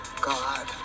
God